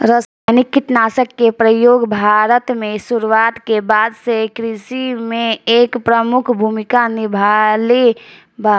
रासायनिक कीटनाशक के प्रयोग भारत में शुरुआत के बाद से कृषि में एक प्रमुख भूमिका निभाइले बा